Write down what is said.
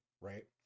right